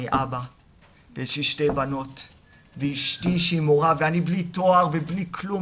אני אבא ויש לי שתי בנות ואשתי שהיא מורה ואני בלי תואר ובלי כלום,